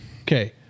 Okay